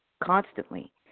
constantly